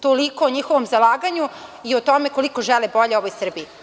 Toliko o njihovom zalaganju i o tome koliko žele bolje ovoj Srbiji.